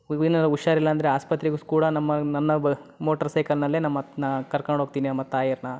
ಹುಷಾರಿಲ್ಲ ಅಂದರೆ ಆಸ್ಪತ್ರೆಗು ಸ್ ಕೂಡ ನಮ್ಮ ನನ್ನ ಬ ಮೋಟರ್ ಸೈಕಲ್ನಲ್ಲೇ ನಮ್ಮ ನ ಕರ್ಕಂಡು ಹೋಗ್ತೀನಿ ನಮ್ಮ ತಾಯಿಯನ್ನ